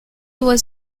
was